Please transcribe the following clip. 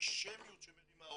האנטישמיות שמרימה ראש,